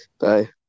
bye